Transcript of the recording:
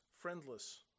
friendless